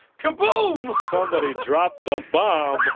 kaboom somebody dropped the bomb